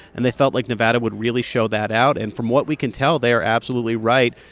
and they felt like nevada would really show that out. and from what we can tell, they are absolutely right.